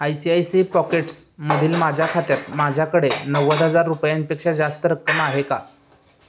I C I C I पॉकेट्समधील माझ्या खात्यात माझ्याकडे नव्वद हजार रुपयांपेक्षा जास्त रक्कम आहे का